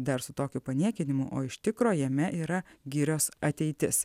dar su tokiu paniekinimu o iš tikro jame yra girios ateitis